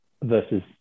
versus